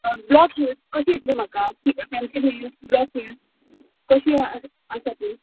block heels कशी येतली म्हाका पेन्सील हिल्स ब्लॉक हिल्स कशीं आसा तीं